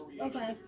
okay